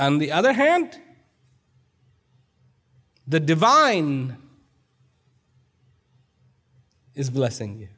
and the other hand the divine is blessing